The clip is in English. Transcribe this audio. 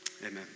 amen